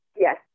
Yes